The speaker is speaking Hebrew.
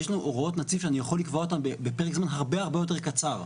יש לנו הוראות נציב שאני יכול לקבוע אותן בפרק זמן הרבה הרבה יותר קצר.